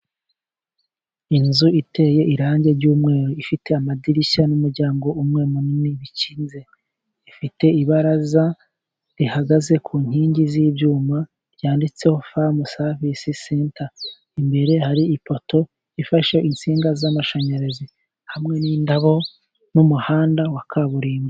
Inzu iteye irangi ry'umweru ifite amadirishya n'umuryango umwe munini bikinze, ifite ibaraza rihagaze ku nkingi z'ibyuma ryanditseho famu savisi senta. Imbere hari ipoto ifashe insinga z'amashanyarazi, hamwe n'indabo, n'umuhanda wa kaburimbo.